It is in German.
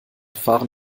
fahren